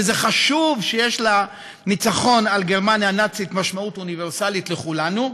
וזה חשוב שיש לניצחון על גרמניה הנאצית משמעות אוניברסלית לכולנו,